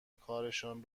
کارشان